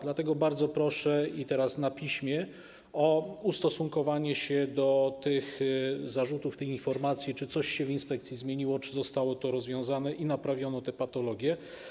Dlatego bardzo proszę, teraz na piśmie, o ustosunkowanie się do tych zarzutów, tych informacji, czy coś się w inspekcji zmieniło, czy zostało to rozwiązane i czy naprawiono te patologie.